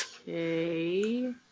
Okay